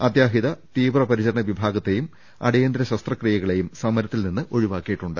അത്യാഹിത തീവ്രപരിചരണ വിഭാഗ ത്തെയും അടിയന്തര ശസ്ത്രക്രിയകളെയും സമര ത്തിൽനിന്നും ഒഴിവാക്കിയിട്ടുണ്ട്